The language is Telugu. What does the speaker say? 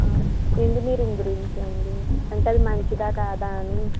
ఇంజనీరింగ్ గురించే అండి అంటే అది మంచిదా కాదా అని